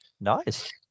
Nice